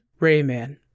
Rayman